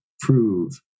prove